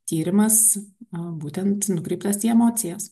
tyrimas būtent nukreiptas į emocijas